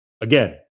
Again